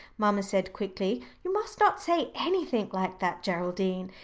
mamma said quickly. you must not say anything like that, geraldine.